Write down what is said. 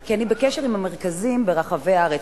כי אני בקשר עם המרכזים ברחבי הארץ,